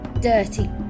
dirty